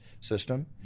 system